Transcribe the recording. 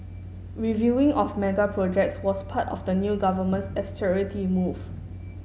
reviewing of mega projects was part of the new government's austerity move